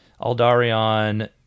Aldarion